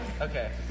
Okay